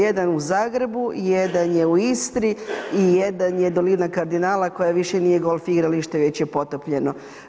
Jedan u Zagrebu, jedan je u Istri i jedan je dolina Kardinala koji više nije golf igralište, već je potopljeno.